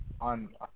on